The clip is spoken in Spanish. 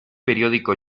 periódico